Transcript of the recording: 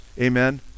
Amen